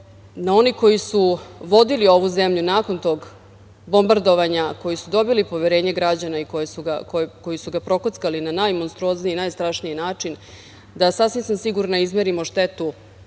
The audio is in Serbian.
na one koji su vodili ovu zemlju nakon tog bombardovanja, koji su dobili poverenje građana i koji su ga prokockali na najmonstruozniji i najstrašniji način, da sasvim sam sigurna izmerimo štetu